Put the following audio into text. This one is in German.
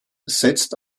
setzt